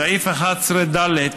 סעיף 11(ד)